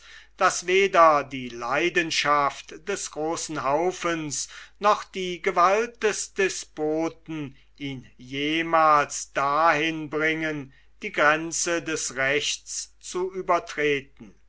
daß weder die leidenschaft des großen haufens noch die gewalt des despoten ihn jemals dahin bringen die gränze des rechts zu übertreten